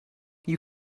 you